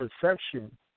perception